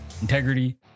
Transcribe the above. integrity